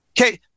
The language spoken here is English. Okay